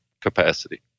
capacity